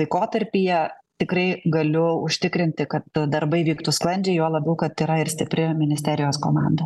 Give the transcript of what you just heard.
laikotarpyje tikrai galiu užtikrinti kad darbai vyktų sklandžiai juo labiau kad yra ir stipri ministerijos komanda